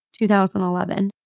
2011